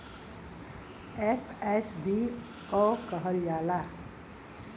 FSBO कहल जाला